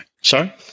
Sorry